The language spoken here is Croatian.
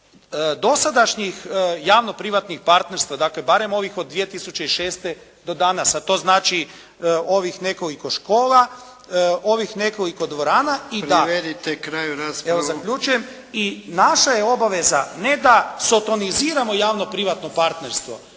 dosadašnjih javno-privatnih partnerstva, dakle barem ovih od 2006. do danas, a to znači ovih nekoliko škola, ovih nekoliko dvorana … **Jarnjak, Ivan (HDZ)** Privedite kraju raspravu. **Mršić, Zvonimir (SDP)** Evo zaključujem. I naša je obaveza ne da sotoniziramo javno-privatno partnerstvo,